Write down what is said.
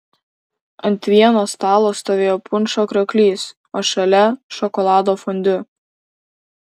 ant vieno stalo stovėjo punšo krioklys o šalia šokolado fondiu